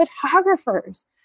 photographers